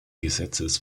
gesetzes